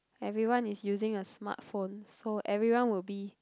everyone is using a smartphone so everyone will be